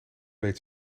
weet